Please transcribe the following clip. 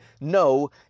No